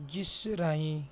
ਜਿਸ ਰਾਹੀਂ